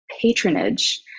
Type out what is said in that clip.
patronage